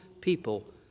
people